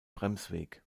bremsweg